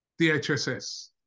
DHSS